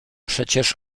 przecież